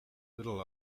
little